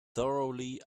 thoroughly